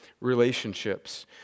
relationships